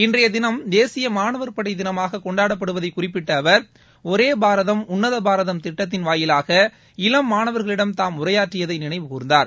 இன்றைய தினம் தேசிய மாணவர் படை தினமாக கொண்டாடப்படுவதை குறிப்பிட்ட அவர் ஒரே பாரதம் உன்னத பாரதம் திட்டத்தின் வாயிலாக இளம் மாணவர்களிடம் தாம் உரையாற்றியதை நினைவ கூர்ந்தார்